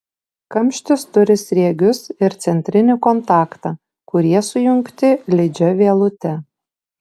kamštis turi sriegius ir centrinį kontaktą kurie sujungti lydžia vielute